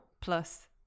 plus